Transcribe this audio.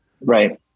right